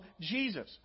Jesus